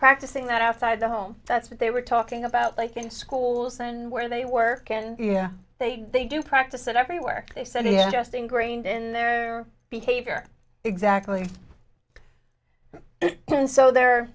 practicing that outside the home that's what they were talking about like in schools and where they work and you know they they do practice it everywhere they said they had just ingrained in their behavior exactly and so they're